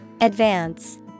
Advance